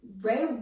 Ray